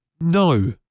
no